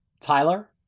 Tyler